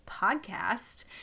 podcast